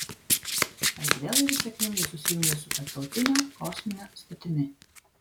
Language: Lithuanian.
erdvėlaivis sėkmingai susijungė su tarptautine kosmine stotimi